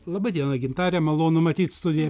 laba diena gintare malonu matyt studijoj